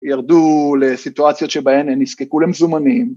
ירדו לסיטואציות שבהן הם נזקקו למזומנים.